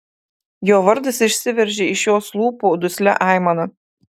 jo vardas išsiveržė iš jos lūpų duslia aimana